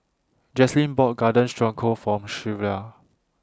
Jaslyn bought Garden Stroganoff For Shelva